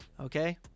Okay